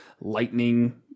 lightning